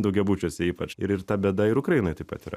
daugiabučiuose ypač ir ir ta bėda ir ukrainoj taip pat yra